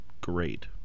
great